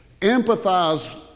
Empathize